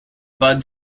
bud